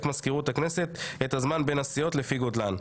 מזכירות הכנסת את הזמן בין הסיעות לפי גודלן.